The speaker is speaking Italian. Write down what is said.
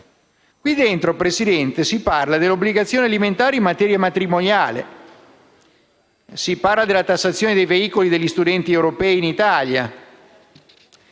d'azzardo. Presidente, si parla anche delle obbligazioni alimentari in materia matrimoniale. Si parla della tassazione dei veicoli degli studenti europei in Italia,